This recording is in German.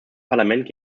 parlament